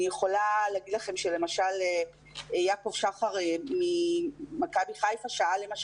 אני יכולה להגיד לכם שלמשל יעקב שחר ממכבי חיפה שאל,